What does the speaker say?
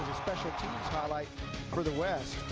special team highlight for the west,